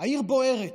העיר בוערת,